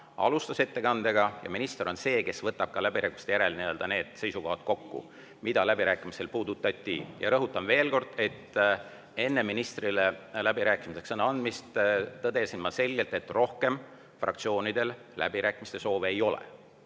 alustas ettekandega, ja minister on see, kes võtab läbirääkimiste järel kokku need seisukohad, mida läbirääkimistel puudutati. Rõhutan veel kord, et enne ministrile läbirääkimistel sõna andmist tõdesin ma selgelt, et rohkem fraktsioonidel läbirääkimiste soovi ei ole.